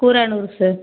Kuranur sir